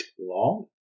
long